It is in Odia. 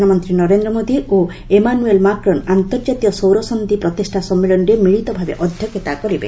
ପ୍ରଧାନମନ୍ତ୍ରୀ ନରେନ୍ଦ୍ର ମୋଦି ଓ ଏମାନୁଏଲ୍ ମାକ୍ରନ୍ ଆନ୍ତର୍ଜାତୀୟ ସୌର ସନ୍ଧି ପ୍ରତିଷ୍ଠା ସମ୍ମିଳନୀରେ ମିଳିତ ଭାବେ ଅଧ୍ୟକ୍ଷତା କରିବେ